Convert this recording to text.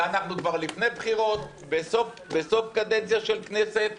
אנחנו כבר לפני בחירות, בסוף קדנציה של כנסת,